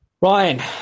Ryan